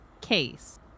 case